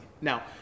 Now